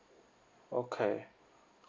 okay